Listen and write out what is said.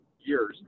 years